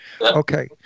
Okay